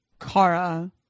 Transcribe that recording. Kara